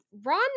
ron